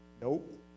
Nope